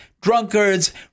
drunkards